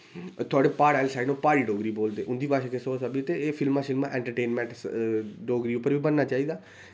थोआढ़े प्हाड़ा आह्ली साइड न ओह् प्हाड़ी डोगरी बोलदे उं'दी भाशा किश होर स्हाबै होंदी ते एह् फिल्मां शिल्मां ऐन्टरटेनमैंट डोगरी उप्पर बी बनना चाहिदा